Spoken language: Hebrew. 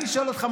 אני שואל אותך,